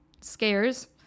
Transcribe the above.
scares